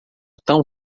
tão